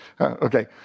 okay